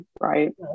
right